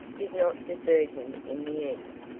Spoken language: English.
did not desert him in the end.